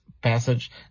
passage